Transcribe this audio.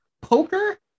poker